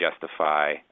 justify